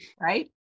Right